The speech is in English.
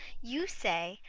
you say,